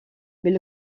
mais